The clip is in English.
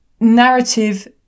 narrative